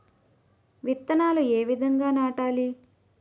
విత్తనాలు ఏ విధంగా నాటాలి?